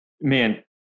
man